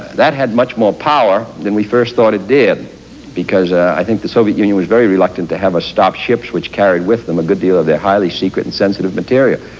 that had much more power than we first thought it did because, i think the soviet union was very reluctant to have us stop ships which carried with them a good deal of their highly-secret and sensitive material.